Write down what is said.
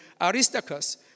Aristarchus